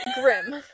grim